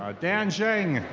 ah dan zheng.